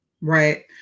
right